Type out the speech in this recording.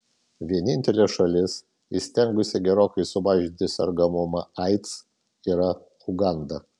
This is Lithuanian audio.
vienintelė šalis įstengusi gerokai sumažinti sergamumą aids yra uganda